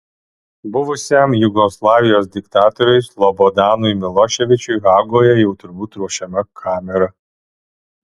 buvusiam jugoslavijos diktatoriui slobodanui miloševičiui hagoje jau turbūt ruošiama kamera